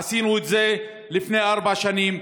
עשינו את זה לפני ארבע שנים,